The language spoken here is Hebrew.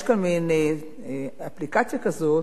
יש כאן מין אפליקציה כזאת